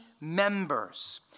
members